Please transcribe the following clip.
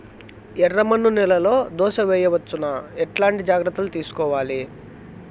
ఎర్రమన్ను నేలలో దోస వేయవచ్చునా? ఎట్లాంటి జాగ్రత్త లు తీసుకోవాలి?